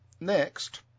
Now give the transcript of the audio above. Next